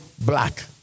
black